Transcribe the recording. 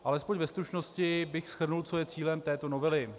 Alespoň ve stručnosti bych shrnul, co je cílem této novely.